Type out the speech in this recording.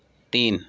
تین